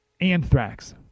Anthrax